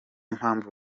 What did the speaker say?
mpamvu